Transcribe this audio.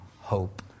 hope